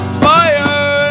fire